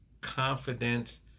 confidence